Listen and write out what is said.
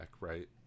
right